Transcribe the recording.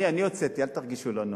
אל תרגישו לא נוח.